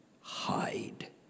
hide